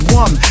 one